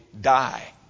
die